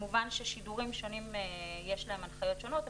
כמובן ששידורים שונים יש להם הנחיות שונות,